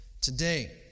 today